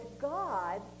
God